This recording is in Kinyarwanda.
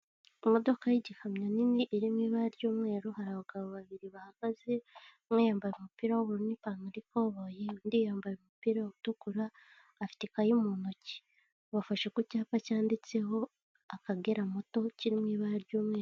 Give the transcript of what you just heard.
Imodoka y'igikamyo nini iri mu ibara ry'umweru hari abagabo babiri bahagaze bayambaye umupira w'uburu niipantaro i poboye ndiyambaye umupira utukura a afiteti ikayi mu ntoki bafashe ku cyapa cyanditseho akagera muto kiri mw'ibara ry'umweru.